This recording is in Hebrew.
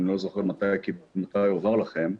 אני לא זוכר מתי הועבר לכם,